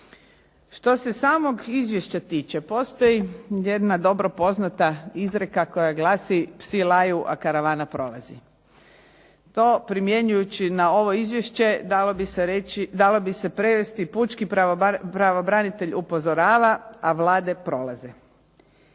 Što se samog izvješća tiče, postoji jedna dobro poznata izreka koja glasi, psi laju, a karavana prolazi. To primjenjujući na ovo izvješće dalo bi se prevesti, pučki pravobranitelj upozorava, a vlade prolaze.